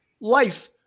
life